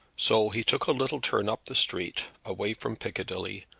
so he took a little turn up the street, away from piccadilly,